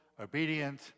obedient